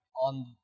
on